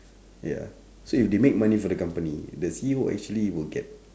ya so if they make money for the company the C_E_O actually will get